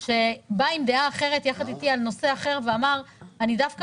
שבא עם דעה אחרת יחד איתי על נושא אחר ואמר שהוא דווקא